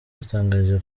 yadutangarije